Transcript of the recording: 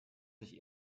sich